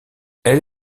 elle